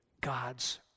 God's